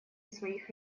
своих